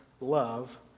love